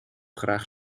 graag